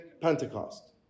Pentecost